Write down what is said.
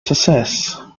success